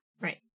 Right